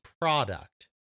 product